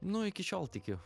nu iki šiol tikiu